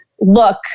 look